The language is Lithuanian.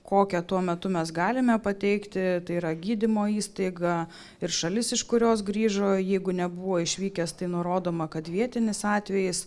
kokią tuo metu mes galime pateikti tai yra gydymo įstaiga ir šalis iš kurios grįžo jeigu nebuvo išvykęs tai nurodoma kad vietinis atvejis